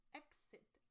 exit